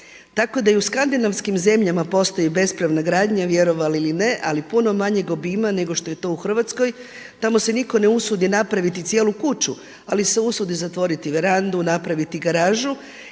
tako da i u skandinavskim zemljama postoji bespravna gradnja vjerovali ili ne ali puno manjeg obima nego što je to u Hrvatskoj. Tamo se nitko ne usudi napraviti cijelu kuću ali se usudi zatvoriti verandu, napraviti garažu.